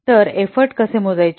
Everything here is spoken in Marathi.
तर एफ्फोर्ट कसे मोजायचे